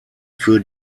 für